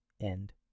End